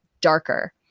darker